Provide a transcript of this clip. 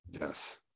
yes